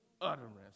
utterance